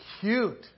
cute